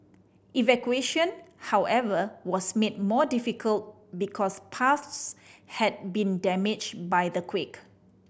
evacuation however was made more difficult because paths had been damaged by the quake